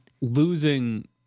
Losing